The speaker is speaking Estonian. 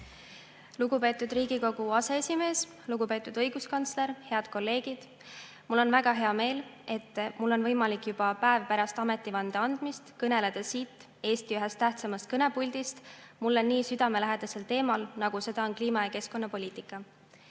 Lugupeetud Riigikogu aseesimees! Lugupeetud õiguskantsler! Head kolleegid! Mul on väga hea meel, et mul on võimalik juba päev pärast ametivande andmist kõneleda siit, Eesti ühest tähtsaimast kõnepuldist mulle nii südamelähedasel teemal, nagu seda on kliima‑ ja keskkonnapoliitika.